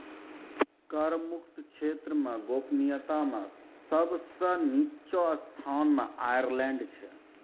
कर मुक्त क्षेत्र मे गोपनीयता मे सब सं निच्चो स्थान मे आयरलैंड छै